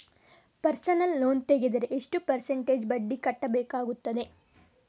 Personal loan ತೆಗೆದರೆ ಎಷ್ಟು percentage ಬಡ್ಡಿ ಕಟ್ಟಬೇಕಾಗುತ್ತದೆ?